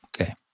okay